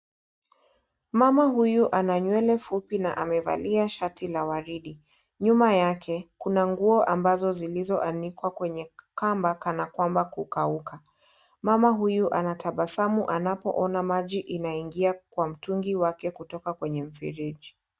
Mama huyu ana nywele fupi na amevalia shati la waridi. Nyuma yake kuna nguo zilizoanikwa kwenye kamba, kana kwamba kukauka. Mama huyu anatabasamu anapoona maji inaingia kwenye mtungi wake kutoka kwenye mfereji.